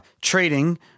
trading